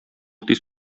тиз